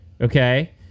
okay